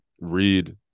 read